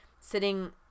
sitting